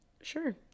sure